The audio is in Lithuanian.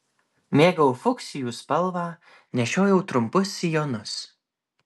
mėgau fuksijų spalvą nešiojau trumpus sijonus